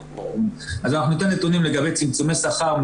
אז אנחנו ניתן נתונים לגבי צמצומי שכר,